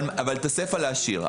אבל להשאיר את הסיפא.